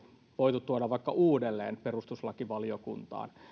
voitu tuoda vaikka uudelleen perustuslakivaliokuntaan